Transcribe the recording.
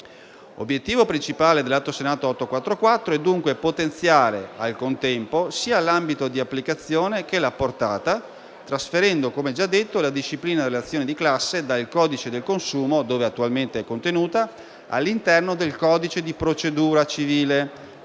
L'obiettivo principale dell'Atto Senato 844 è dunque potenziare, al contempo, sia l'ambito di applicazione che la portata, trasferendo la disciplina dell'azione di classe dal codice del consumo, dove attualmente è contenuta, all'interno del codice di procedura civile,